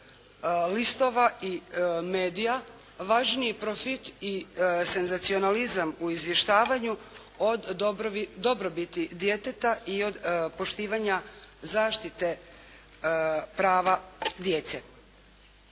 listova i medija važniji profit i senzacionalizam u izvještavanju od dobrobiti djeteta i od poštivanja zaštite prava djece.